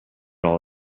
all